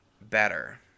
better